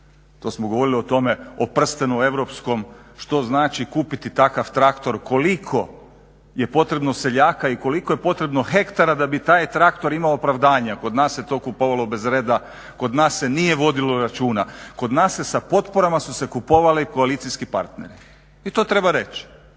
To smo govorili o tome, o prstenu europskom, što znači kupiti takav traktor, koliko je potrebno seljaka i koliko je potrebno hektara da bi taj traktor imao opravdanje a kod nas se to kupovalo bez reda, kod nas se nije vodilo računa. Kod nas se, sa potporama su se kupovali koalicijski parteri i to treba reć,